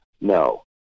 No